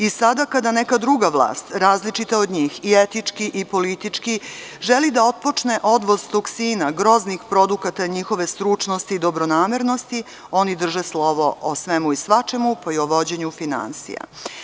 I sada kada neka druga vlast, različita od njih i etički i politički želi da otpočne odvoz toksina, groznih produkata njihove stručnosti i dobronamernosti oni drže slovo o svemu i svačemu, pa i o vođenju finansija.